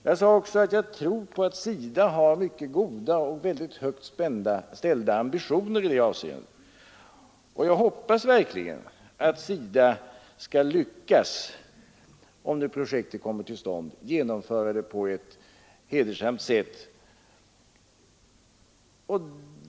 Jag sade vidare att jag tror på att SIDA har goda och mycket högt ställda ambitioner i det avseendet, och jag hoppas verkligen att SIDA, om nu projektet kommer till stånd, skall lyckas genomföra det på ett hedersamt sätt.